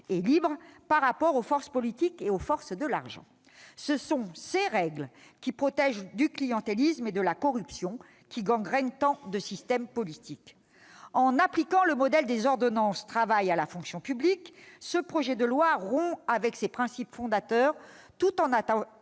et libres par rapport aux forces politiques et aux forces de l'argent. Ce sont ces règles qui protègent du clientélisme et de la corruption, qui gangrènent tant de systèmes politiques. En appliquant le modèle des ordonnances de la loi Travail à la fonction publique, ce projet de loi rompt avec ces principes fondateurs, tout en attaquant